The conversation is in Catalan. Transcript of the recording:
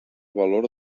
valor